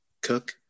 cook